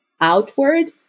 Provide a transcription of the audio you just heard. outward